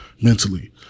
mentally